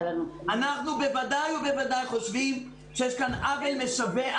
אנחנו בוודאי ובוודאי חושבים שיש כאן עוול משווע,